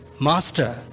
Master